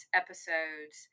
episodes